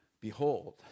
behold